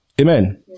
Amen